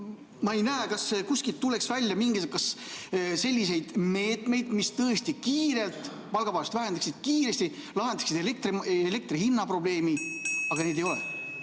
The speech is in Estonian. Ma ei näe, kas kuskilt tuleks välja mingisuguseid selliseid meetmeid, mis tõesti kiiresti palgavaesust vähendaksid ja kiiresti lahendaksid elektrihinna probleemi. Neid ei ole.